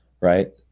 right